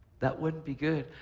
that wouldn't be good,